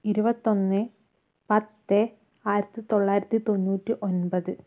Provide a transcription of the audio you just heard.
ഇരുപത്തൊന്ന് പത്ത് ആയിരത്തിത്തൊള്ളായിരത്തി തൊണ്ണൂറ്റി ഒൻപത്